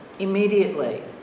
immediately